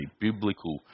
biblical